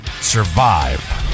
survive